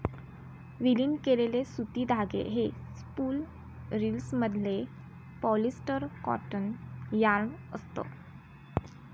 विलीन केलेले सुती धागे हे स्पूल रिल्समधले पॉलिस्टर कॉटन यार्न असत